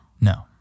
No